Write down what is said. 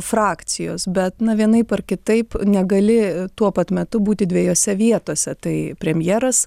frakcijos bet na vienaip ar kitaip negali tuo pat metu būti dviejose vietose tai premjeras